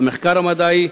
המחקר המדעי,